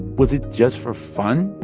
was it just for fun?